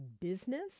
business